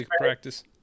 practice